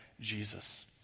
Jesus